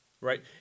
right